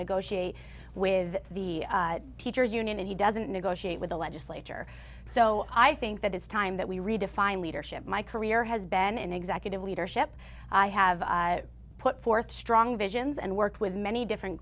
negotiate with the teachers union and he doesn't negotiate with the legislature so i think that it's time that we redefine leadership my career has been in executive leadership i have put forth strong visions and work with many different